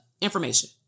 Information